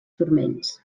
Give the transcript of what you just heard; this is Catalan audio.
turmells